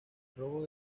robo